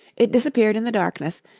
it disappeared in the darkness,